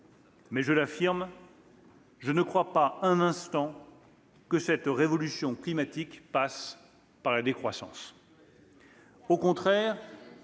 je l'affirme : je ne crois pas un instant que cette révolution climatique passe par la décroissance.